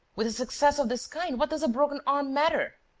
with a success of this kind, what does a broken arm matter?